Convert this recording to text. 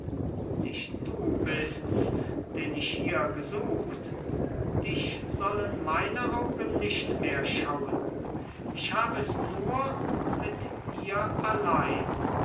nicht du bists den ich hier gesucht dich sollten meine augen nicht mehr schauen ich hab es nur mit ihr allein